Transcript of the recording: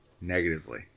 negatively